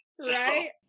right